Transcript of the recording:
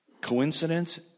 Coincidence